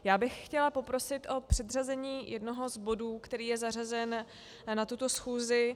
Já bych chtěla poprosit o předřazení jednoho z bodů, který je zařazen na tuto schůzi.